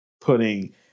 putting